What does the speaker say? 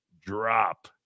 Drop